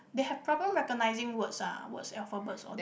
they have problem recognising words ah words alphabets all that